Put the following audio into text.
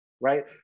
right